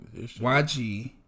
YG